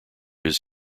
his